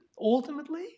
ultimately